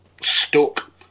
stuck